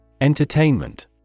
Entertainment